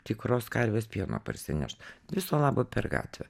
tikros karvės pieno parsinešt viso labo per gatvę